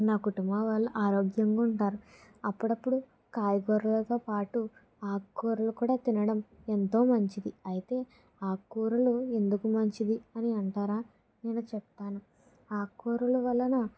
నా కుటుంబం వాళ్ళు ఆరోగ్యంగా ఉంటారు అప్పుడప్పుడు కాయగూరలతో పాటు ఆకుకూరలు కూడా తినటం ఎంతో మంచిది అయితే ఆకుకూరలు ఎందుకు మంచిది అని అంటారా నేను చెప్తాను ఆకుకూరల వలన